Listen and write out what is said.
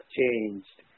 changed